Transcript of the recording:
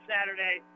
Saturday